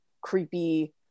creepy